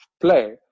play